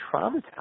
traumatized